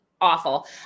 awful